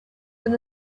than